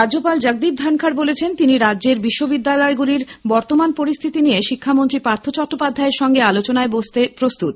রাজ্যপাল জগদীপ ধনখড় বলেছেন তিনি রাজ্যের বিশ্ববিদ্যালয়গুলির বর্তমান পরিস্থিতি নিয়ে শিক্ষামন্ত্রী পার্থ চট্টোপাধ্যায়ের সঙ্গে আলোচনায় বসতে প্রস্তুত